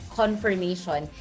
confirmation